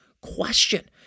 question